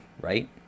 right